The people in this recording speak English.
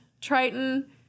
triton